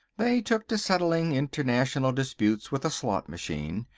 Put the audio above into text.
they took to settling international disputes with a slot machine.